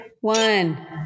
one